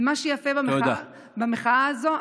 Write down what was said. מה שיפה במחאה הזאת,